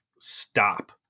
stop